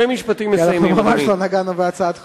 אנחנו ממש לא נגענו בהצעת חוק.